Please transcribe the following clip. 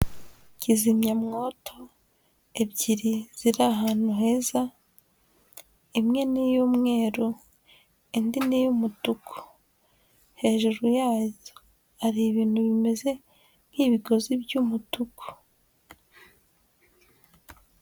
Kizimyamwoto ebyiri ziri ahantu heza, imwe ni iy'umweru indi ni iy'umutuku, hejuru yazo hari ibintu bimeze nk'ibigozi by'umutuku.